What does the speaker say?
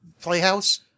Playhouse